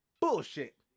bullshit